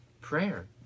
Prayer